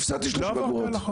הפסדתי 30 אגורות.